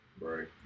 Right